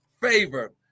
favor